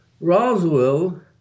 Roswell